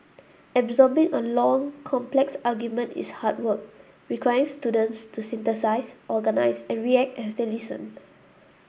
absorbing a long complex argument is hard work requiring students to synthesise organise and react as they listen